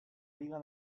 liga